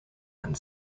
and